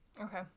Okay